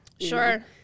Sure